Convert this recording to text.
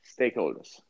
stakeholders